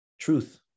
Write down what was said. truth